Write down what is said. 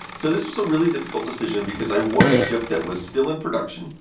so, this was a really difficult decision because i wanted a chip that was still in production,